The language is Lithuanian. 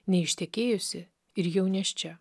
neištekėjusi ir jau nėščia